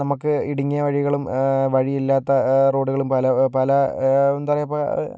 നമുക്ക് ഇടുങ്ങിയ വഴികളും വഴിയില്ലാത്ത റോഡുകളും പല പല എന്താ പറയുക ഇപ്പോൾ